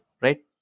right